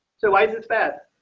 so why is it bad.